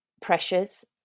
pressures